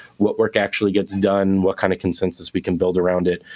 what work actually gets done, what kind of consensus we can build around it.